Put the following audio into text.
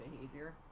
behavior